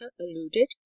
alluded